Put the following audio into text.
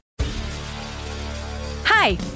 Hi